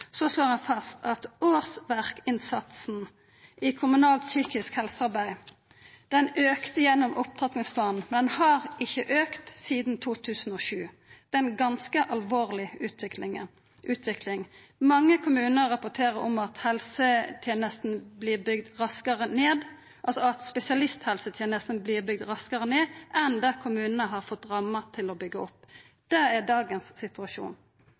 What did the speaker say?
slår ein fast at årsverkinnsatsen i kommunalt psykisk helsearbeid auka gjennom opptrappingsplanen, men at han ikkje har auka sidan 2007. Det er ei ganske alvorleg utvikling. Mange kommunar rapporterer om at spesialisthelsetenesta vert bygd raskare ned enn kommunane har fått rammer til å byggje opp. Det er dagens situasjon.